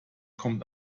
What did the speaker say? kommt